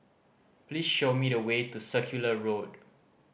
please show me the way to Circular Road